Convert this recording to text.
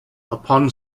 upon